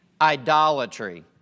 idolatry